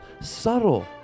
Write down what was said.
Subtle